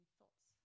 thoughts